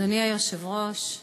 אדוני היושב-ראש,